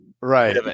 Right